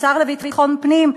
השר לביטחון פנים,